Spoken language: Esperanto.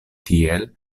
tiel